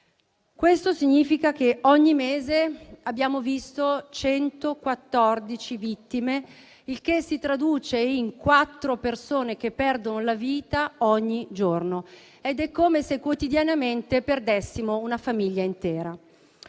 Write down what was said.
Questo significa che, ogni mese, abbiamo visto 114 vittime, il che si traduce in quattro persone che perdono la vita ogni giorno. È come se quotidianamente perdessimo una famiglia intera.